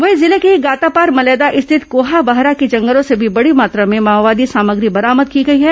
वहीं जिले के ही गातापार मलैदा स्थित कौहाबाहरा के जंगलों से भी बड़ी मात्रा में माओवादी सामग्री बरामद की गई हैं